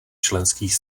členských